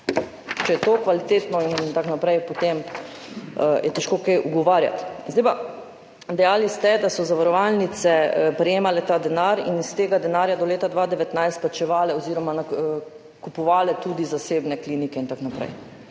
Če je to kvalitetno in tako naprej, potem je težko kaj ugovarjati. Dejali ste, da so zavarovalnice prejemale ta denar in iz tega denarja do leta 2019 plačevale oziroma kupovale tudi zasebne klinike in tako naprej.